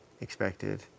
expected